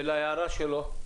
ולהערה שלו?